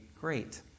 great